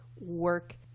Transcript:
work